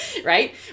right